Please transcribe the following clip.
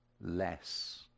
less